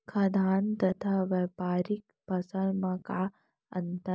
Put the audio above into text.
खाद्यान्न तथा व्यापारिक फसल मा का अंतर हे?